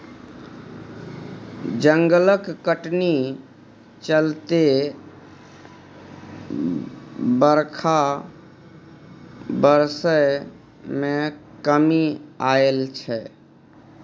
जंगलक कटनी चलते बरखा बरसय मे कमी आएल छै